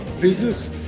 business